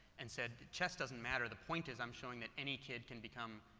and said, chess doesn't matter, the point is i'm showing that any kid can become